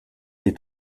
les